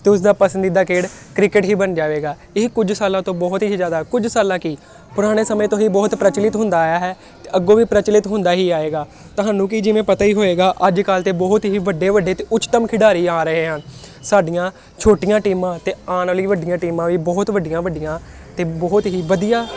ਅਤੇ ਉਸਦਾ ਪਸੰਦੀਦਾ ਖੇਡ ਕ੍ਰਿਕਟ ਹੀ ਬਣ ਜਾਵੇਗਾ ਇਹ ਕੁਝ ਸਾਲਾਂ ਤੋਂ ਬਹੁਤ ਹੀ ਜ਼ਿਆਦਾ ਕੁਝ ਸਾਲਾਂ ਕੀ ਪੁਰਾਣੇ ਸਮੇਂ ਤੋਂ ਹੀ ਬਹੁਤ ਪ੍ਰਚੱਲਿਤ ਹੁੰਦਾ ਆਇਆ ਹੈ ਅਤੇ ਅੱਗੋਂ ਵੀ ਪ੍ਰਚੱਲਿਤ ਹੁੰਦਾ ਹੀ ਆਵੇਗਾ ਤੁਹਾਨੂੰ ਕਿ ਜਿਵੇਂ ਪਤਾ ਹੀ ਹੋਵੇਗਾ ਅੱਜ ਕੱਲ੍ਹ ਤਾਂ ਬਹੁਤ ਹੀ ਵੱਡੇ ਵੱਡੇ ਅਤੇ ਉੱਚਤਮ ਖਿਡਾਰੀ ਆ ਰਹੇ ਹਨ ਸਾਡੀਆਂ ਛੋਟੀਆਂ ਟੀਮਾਂ ਅਤੇ ਆਉਣ ਵਾਲੀ ਵੱਡੀਆਂ ਟੀਮਾਂ ਵੀ ਬਹੁਤ ਵੱਡੀਆਂ ਵੱਡੀਆਂ ਅਤੇ ਬਹੁਤ ਹੀ ਵਧੀਆ